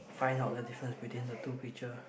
find out the difference between the two picture